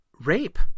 rape